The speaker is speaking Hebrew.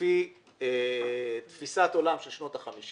לפי תפיסת עולם של שנות ה-50